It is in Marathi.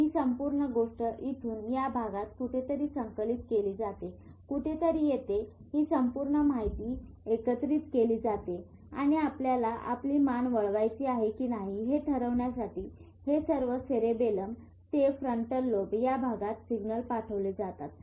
ही संपूर्ण गोष्ट इथून या भागात कुठेतरी संकलित केली जाते कुठेतरी येथे हि संपूर्ण माहिती एकत्रित केली जाते आणि आपल्याला आपली मान वळवायची आहे कि नाही हे ठरवण्यासाठी हे सर्व सेरेबेलम ते फ्रंटल लोब या भागात सिग्नल पाठवले जातात